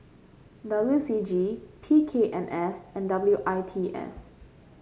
W C G P K M S and W I T S